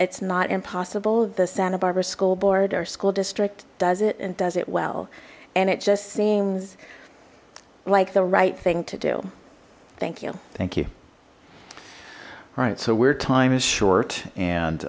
it's not impossible the santa barbara school board or school district does it and does it well and it just seems like the right thing to do thank you thank you all right so we're time is short and